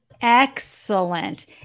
Excellent